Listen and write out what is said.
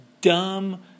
dumb